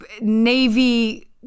navy